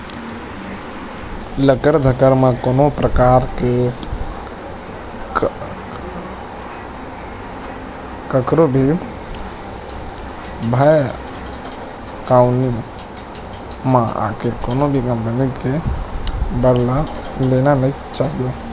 लकर धकर म कोनो परकार ले कखरो भी भभकउनी म आके कोनो भी कंपनी के बांड ल लेना नइ चाही